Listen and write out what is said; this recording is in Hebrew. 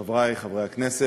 תודה רבה, חברי חברי הכנסת,